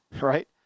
right